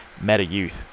Meta-Youth